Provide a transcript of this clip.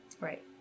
Right